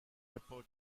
report